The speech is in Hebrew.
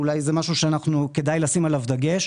אולי זה משהו שכדאי לשים עליו דגש,